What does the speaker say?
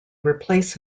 replace